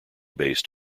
based